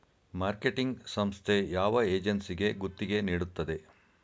Marketing ಸಂಸ್ಥೆ ಯಾವ ಏಜೆನ್ಸಿಗೆ ಗುತ್ತಿಗೆ ನೀಡುತ್ತದೆ?